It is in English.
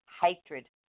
hatred